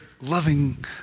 loving